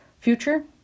future